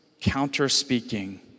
counter-speaking